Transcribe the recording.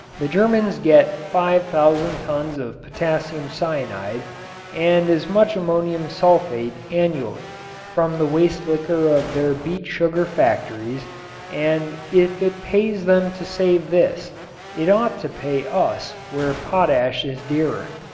the germans get five thousand tons of potassium cyanide and as much ammonium sulfate annually from the waste liquor of their beet sugar factories and if it pays them to save this it ought to pay us where potash is dearer.